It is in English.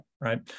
right